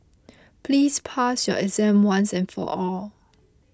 please pass your exam once and for all